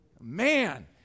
man